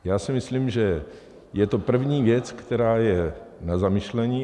Já si myslím, že je to první věc, která je na zamyšlení.